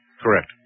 Correct